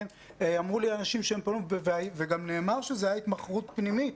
אמרו לי אנשים שהם פנו וגם נאמר שזה היה התמחרות פנימית.